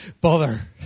bother